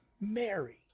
Mary